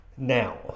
Now